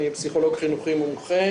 אני פסיכולוג חינוכי מומחה